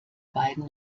beiden